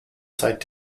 seit